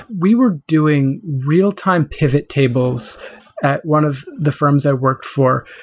we were doing real time pivot tables at one of the firms i worked for,